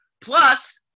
Plus